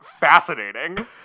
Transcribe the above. fascinating